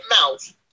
mouth